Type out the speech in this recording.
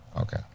Okay